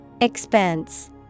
Expense